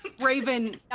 raven